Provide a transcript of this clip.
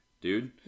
dude